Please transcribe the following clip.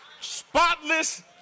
spotless